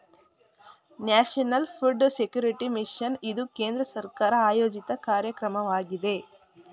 national food security mission ಇದು ಕೇಂದ್ರ ಸರ್ಕಾರ ಆಯೋಜಿತ ಕಾರ್ಯಕ್ರಮವಾಗಿದೆ